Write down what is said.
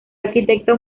arquitecto